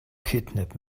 kidnap